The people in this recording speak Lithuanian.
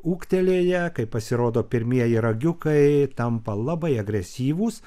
ūgtelėję kai pasirodo pirmieji ragiukai tampa labai agresyvūs